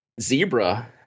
Zebra